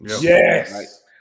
Yes